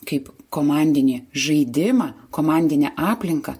kaip komandinį žaidimą komandinę aplinką